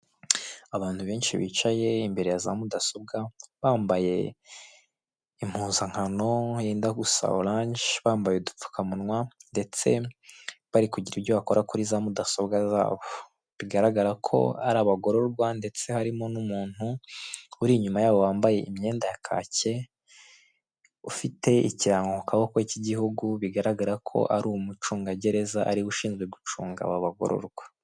Abantu benshi bicaye imbere ya za mudasobwa bambaye impuzankano yendagusa oranje bambaye udupfukamunwa, ndetse bari kugira ibyo bakora kuri za mudasobwa zabo. bigaragara ko ari abagororwa, ndetse harimo n'umuntu uri inyuma yabo wambaye imyenda ya kake ufite ikirango ku kaboko cy'igihugu bigaragara ko ari umucungagereza ariwe ushinzwe gucunga aba bagororwa.